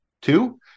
Two